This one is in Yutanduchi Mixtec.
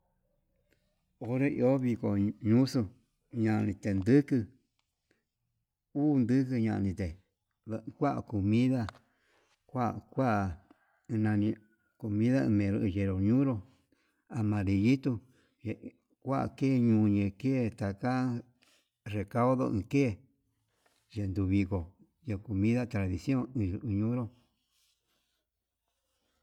Onré iho viko ñuxuu ñani tenduku uu ndfuku ñanite kua comida, kua kua comida yenro amarillito kua ke ñuñe ke'e taka recaudo ke yendo viko, yee comida tradición iin uñunro.